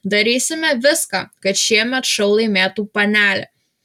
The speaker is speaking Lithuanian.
darysime viską kad šiemet šou laimėtų panelė